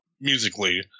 musically